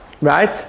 Right